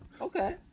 okay